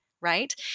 right